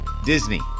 Disney